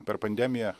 per pandemiją